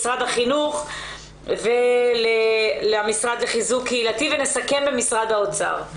משרד החינוך ולמשרד לחיזוק קהילתי ונסכם במשרד האוצר.